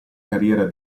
carriera